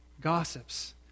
Gossips